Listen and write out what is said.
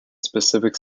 specific